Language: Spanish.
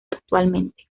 actualmente